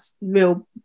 real